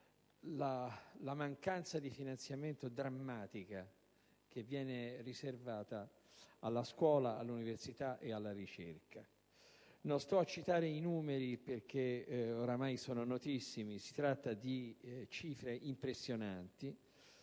drammatica di finanziamento che viene riservata alla scuola, all'università e alla ricerca. Non sto a citare i numeri, perché ormai sono notissimi; si tratta di cifre impressionanti